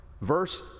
verse